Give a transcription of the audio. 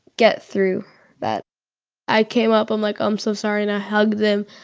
get through that i came up. i'm, like, i'm so sorry, and i hugged him.